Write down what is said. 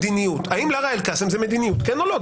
מדיניות האם לארה אל-קאסם זה מדיניות, כן או לא?